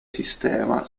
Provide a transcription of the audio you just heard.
sistema